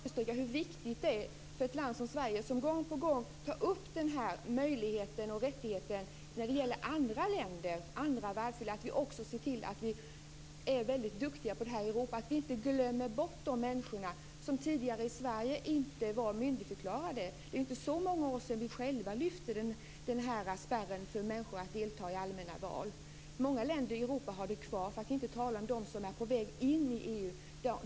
Fru talman! Jag vill gärna understryka hur viktigt det är för ett land som Sverige, som gång på gång tar upp denna möjlighet och rättighet när det gäller andra länder och världsdelar, att vi också ser till att vi är väldigt duktiga på detta i Europa. Vi får inte glömma bort dessa människor, som tidigare i Sverige inte var myndigförklarade. Det är inte så många år sedan vi själva lyfte den här spärren för människor att delta i allmänna val. Många länder i Europa har detta kvar - för att inte tala om de länder som är på väg in i EU.